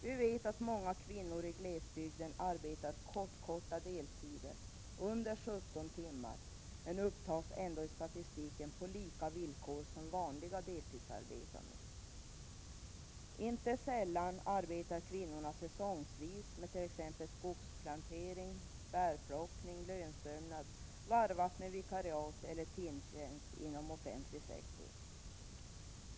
Vi vet att många kvinnor i glesbygden arbetar ”kortkorta” deltider under 17 timmar, men de upptas ändå i statistiken på samma villkor som vanliga deltidsarbetande. Inte sällan arbetar kvinnorna säsongsvis med t.ex. skogsplantering, bärplockning, lönsömnad varvat med vikariat eller timtjänst inom den offentliga sektorn.